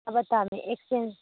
नभए त हामी एक्सचेन्ज